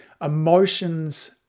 Emotions